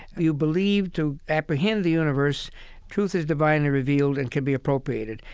you believe to apprehend the universe truth is divinely revealed and can be appropriated.